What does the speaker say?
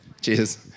Cheers